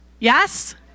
Yes